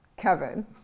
Kevin